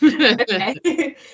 Okay